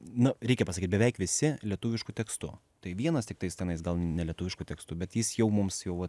nu reikia pasakyt beveik visi lietuvišku tekstu tai vienas tik tais tenais gal nelietuvišku tekstu bet jis jau mums jau vat